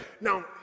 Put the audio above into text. Now